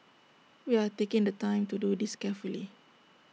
we are taking the time to do this carefully